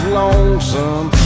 lonesome